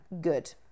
Good